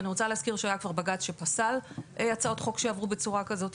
ואני רוצה להזכיר שהיה כבר בג"צ שפסל הצעות חוק שעברו בצורה כזאת.